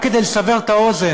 רק כדי לסבר את האוזן,